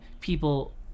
people